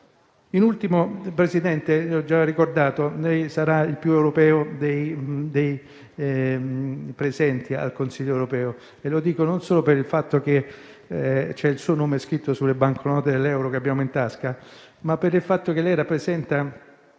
già ricordato che lei sarà il più europeo dei presenti al Consiglio europeo. Lo dico non solo per il fatto che il suo nome è scritto sulle banconote dell'euro che abbiamo in tasca, ma anche perché lei rappresenta